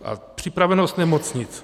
A připravenost nemocnic.